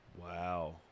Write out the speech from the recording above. Wow